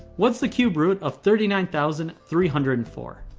what's the cube root of thirty nine thousand three hundred and four?